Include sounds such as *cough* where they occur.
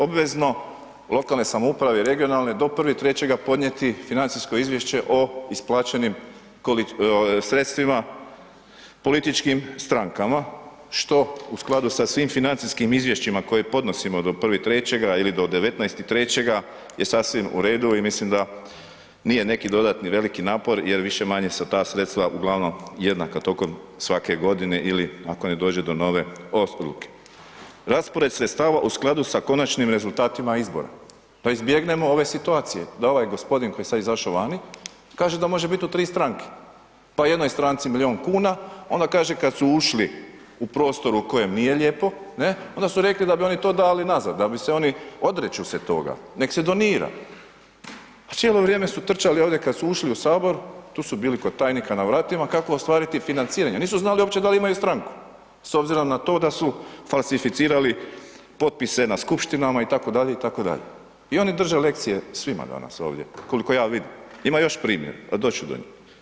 Obvezno lokalne samouprave i regionalne, do 01.03. podnijeti financijsko izvješće o isplaćenim sredstvima političkim strankama, što u skladu sa svim financijskim izvješćima koje podnosimo do 01.03. ili do 19.03., je sasvim u redu i mislim da nije neki dodatni veliki napor, jer više-manje su ta sredstva uglavnom jednaka tokom svake godine, ili ako ne dođe do nove ... *unintelligible* Raspored sredstava u skladu sa konačni rezultatima izbora, da izbjegnemo ove situacije, da ovaj gospodin koji je sad izašao vani, kaže da može biti u tri stranke, pa jednom stranci milijun kuna, onda kaže kad su ušli u prostor u kojem nije lijepo, ne, onda su rekli da bi oni to dali nazad, da bi se oni, odriču se toga, nek se donira, a cijelo vrijeme su trčali ovdje kad su ušli u Sabor, tu su bili kod tajnika na vratima kako ostvariti financiranje, nisu znali uopće da li imaju stranku s obzirom na to da su falsificirali potpise na Skupštinama i tako dalje, i tako dalje, i oni drže lekcije svima danas ovdje koliko ja vidim, ima još primjer ali doći do njih.